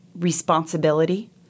Responsibility